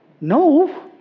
no